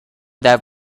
that